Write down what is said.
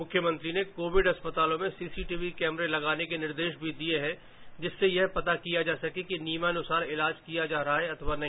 मुख्यमंत्री ने कोविड अस्पतालों में सीसीटीवी कैमरे लगाने के निर्देश भी दिए हैं जिससे यह पता किया जा सके कि नियमानुसार इलाज किया जा रहा है अथवा नहीं